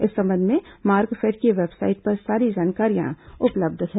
इस संबंध में मार्कफेड की वेबसाइट पर सारी जानकारियां उपलब्ध हैं